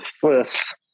first